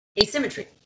asymmetry